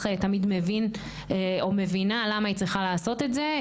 תמיד מבין או מבינה למה היא צריכה לעשות את זה.